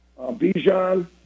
Bijan